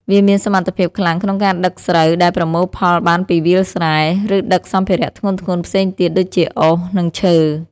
វាមានសមត្ថភាពខ្លាំងក្នុងការដឹកស្រូវដែលប្រមូលផលបានពីវាលស្រែ ឬដឹកសម្ភារៈធ្ងន់ៗផ្សេងទៀតដូចជាអុស និងឈើ។